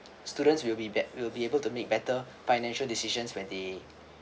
students will be bet~ will be able to make better financial decisions when they